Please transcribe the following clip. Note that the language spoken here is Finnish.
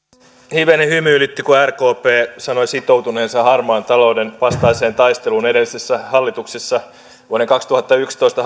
hivenen hymyilytti kun rkp sanoi sitoutuneensa harmaan talouden vastaiseen taisteluun edellisissä hallituksissa vuoden kaksituhattayksitoista